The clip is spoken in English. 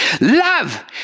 love